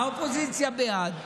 האופוזיציה בעד.